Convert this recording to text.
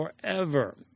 forever